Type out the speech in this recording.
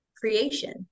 creation